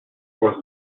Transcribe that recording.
was